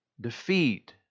defeat